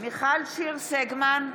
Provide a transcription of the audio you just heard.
מיכל שיר סגמן,